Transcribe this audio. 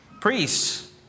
priests